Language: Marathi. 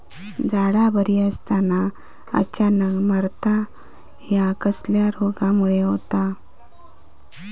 झाडा बरी असताना अचानक मरता हया कसल्या रोगामुळे होता?